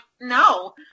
no